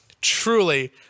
truly